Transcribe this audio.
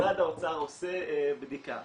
משרד האוצר עושה בדיקה